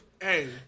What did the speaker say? Hey